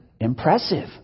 Impressive